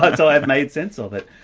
but so i've made sense of it.